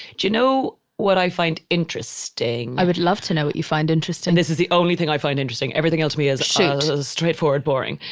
you know, what i find interesting? i would love to know what you find interesting this is the only thing i find interesting. everything else to me is shoot straightforward, boring.